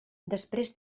després